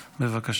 בבקשה.